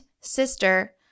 sister